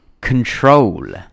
control